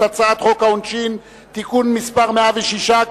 את הצעת חוק העונשין (תיקון מס' 106),